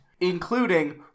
including